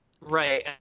Right